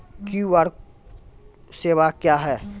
QR सेवा क्या हैं?